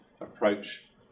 approach